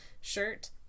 Shirt